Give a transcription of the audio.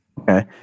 Okay